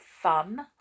fun